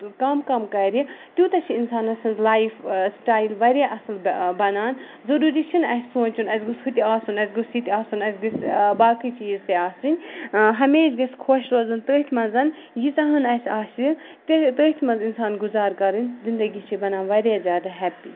کَم کَم کرِ تیوٗتاہ چھِ اِنسانس لایف سِٹایل واریاہ اَصٕل بَنان ضروٗری چھُنہٕ اَسہِ سونچُن اَسہِ گوٚژھ ہُہ تہِ آسُن اَسہِ گوٚژھ یہِ تہِ آسُن اسہِ گٔژھۍ باقٕے چیٖز تہِ آسٕںۍ ہمیشہٕ گژھِ خۄش روزُن تٔتھۍ منٛز ییٖژاہ ۂنۍ اَسہِ آسہِ تٔتھۍ منٛز اِنسان گُزارٕ کَرُن زندگی چھِ بَنان واریاہ زیادٕ ہیٚکٹِک